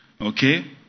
okay